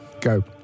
Go